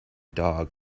dog